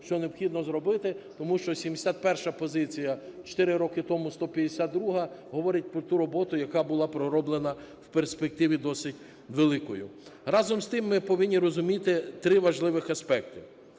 що необхідно зробити. Тому що 71 позиція, чотири роки тому 152-а, говорить про ту роботу, яка була пророблена в перспективі досить великою. Разом з тим ми повинні розуміти три великих аспекти.